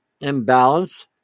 imbalance